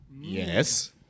Yes